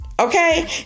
Okay